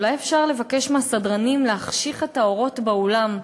אולי לבקש מהסדרנים להחשיך את האורות באולם,